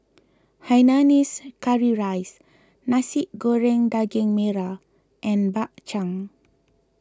Hainanese Curry Rice Nasi Goreng Daging Merah and Bak Chang